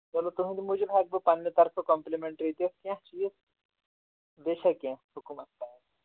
چلو تُہُندِ موٗجوٗب ہٮ۪کہٕ بہٕ پنٛنہِ طرفہٕ کَمپٕلِمٮ۪نٹِرٛی تہِ کیٚنہہ چیٖز بیٚیہِ چھا کیٚنہہ حُکُم